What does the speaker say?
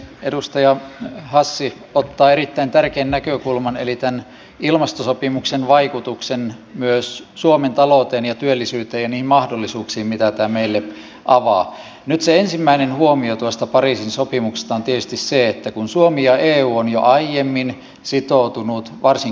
edustaja hassi ottaa erittäin tärkeän näkökulman hellitään ilmastosopimuksen vaikutuksen myös suomen talouteen ja työllisyyteenin mahdollisuuksiin mitä heille avaa nyt se ensimmäinen huomio toista pariisin sopimuksesta on tyystin se että kun suomi ja eun laajemmin sitoutunut varsin